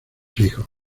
hijos